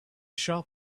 shop